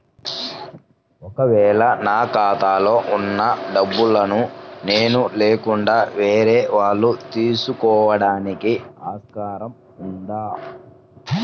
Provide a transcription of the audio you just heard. ఒక వేళ నా ఖాతాలో వున్న డబ్బులను నేను లేకుండా వేరే వాళ్ళు తీసుకోవడానికి ఆస్కారం ఉందా?